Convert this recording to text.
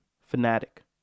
Fanatic